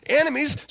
enemies